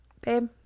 babe